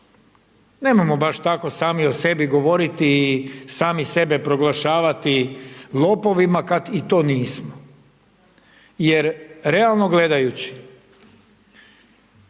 Nemojmo baš tako sami o sebi govoriti i sami sebe proglašavati lopovima kad i to nismo jer realno gledajući,